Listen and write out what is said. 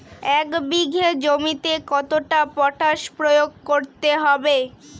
এক বিঘে জমিতে কতটা পটাশ প্রয়োগ করতে হবে?